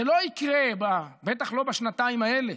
זה לא יקרה, בטח לא בשנתיים האלה.